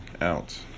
out